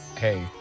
hey